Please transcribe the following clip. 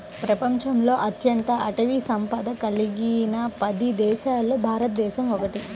ప్రపంచంలో అత్యంత అటవీ సంపద కలిగిన పది దేశాలలో భారతదేశం ఒకటి